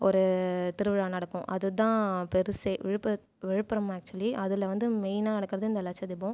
ஒரு திருவிழா நடக்கும் அதுதான் பெருசு விழுப்புரத் விழுப்புரம் ஆக்சுவலி அதில் வந்து மெயினாக நடக்கிறது இந்த லட்சதீபம்